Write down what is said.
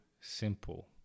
simple